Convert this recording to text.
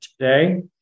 today